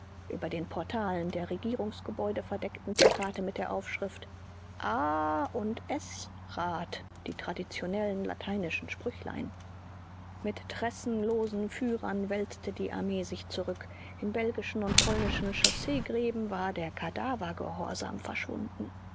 über den portalen der regierungsgebäude verdeckten plakate mit der aufschrift a und s rat die traditionellen lateinischen sprüchlein mit tressenlosen führern wälzte die armee sich zurück in belgischen und polnischen chausseegräben war der kadavergehorsam verschwunden